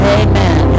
amen